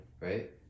Right